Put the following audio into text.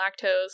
lactose